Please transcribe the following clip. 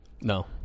No